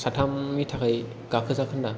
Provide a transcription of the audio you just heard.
साथामनि थाखाय गाखोजागोन दा